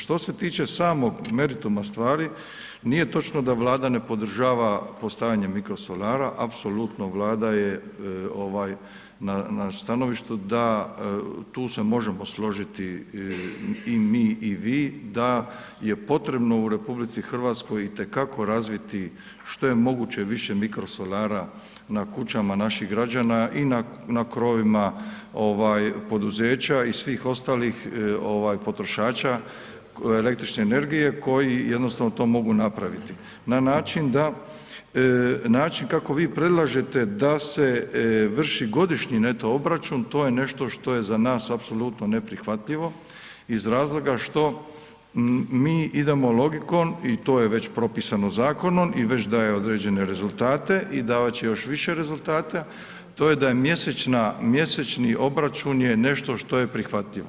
Što se tiče samog merituma stvari, nije točno da Vlada ne podržava postavljanje mikrosolara, apsolutno Vlada je na stanovištu da, tu se možemo posložiti i mi i vi da je potrebno u RH itekako razviti što je moguće više mikrosolara na kućama naših građana i na krovovima poduzeća i svih ostalih potrošača električne energije koji jednostavno to mogu napraviti na način da, način kako vi predlažete da se vrši godišnji neto obračun, to je nešto što je za nas apsolutno neprihvatljivo iz razloga što mi idemo logikom i to je već propisano zakonom i već daje određene rezultate i davati će još više rezultata, to je da je mjesečna, mjesečni obračun je nešto što je prihvatljivo.